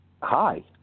hi